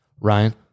Ryan